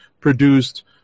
produced